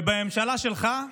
ובממשלה שלך,